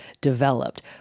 developed